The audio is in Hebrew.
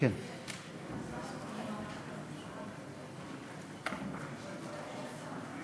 מכובדי היושב-ראש, חברי חברי הכנסת, אנחנו